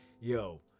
yo